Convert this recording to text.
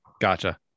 Gotcha